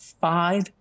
five